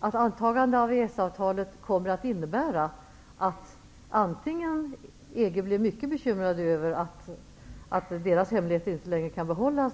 en anslutning till EES-avtalet kommer att leda till att man inom EG blir mycket bekymrad över att EG:s hemligheter inte längre kan behållas.